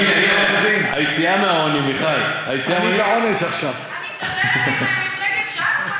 היציאה מהעוני, אני מדברת עם מפלגת ש"ס?